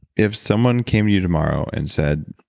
if someone came to you tomorrow and said,